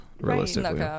realistically